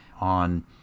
on